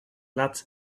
lead